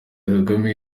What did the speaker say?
kagame